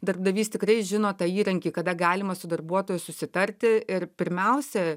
darbdavys tikrai žino tą įrankį kada galima su darbuotoju susitarti ir pirmiausia